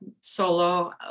solo